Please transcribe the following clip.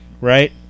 Right